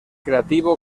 creativo